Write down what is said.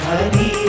Hari